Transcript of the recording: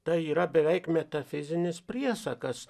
tai yra beveik metafizinis priesakas